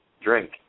drink